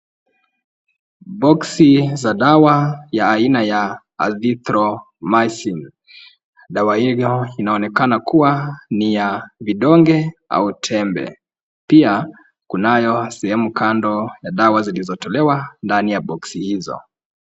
Boksi za dawa ya aina ya azithromycin, dawa hiyo inaonekana kuwa ni ya vidonge au tembe, pia kunayo sehemu kando ya dawa zilizotolewa ndani ya boksi hizo.